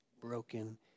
broken